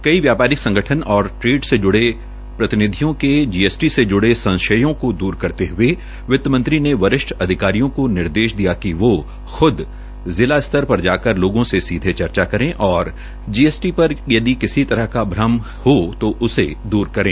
कई व्यापारिक संगठन और ट्रेड से ज्ड़े प्रतिनिधियों के जीएसटी से ज्ड़े संशयों को दूर करते हये वितमंत्री ने वरिष्ठ अधिकारियों को निर्देश दिया कि वो खुद जिला स्तर पर जाकर लोगों से सीधे चर्चा करे और जीएसटी पर किसी तरह का भ्रम यदि किसी को हो तो उसे दूर करें